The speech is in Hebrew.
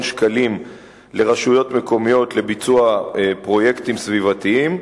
שקלים לרשויות מקומיות לביצוע פרויקטים סביבתיים,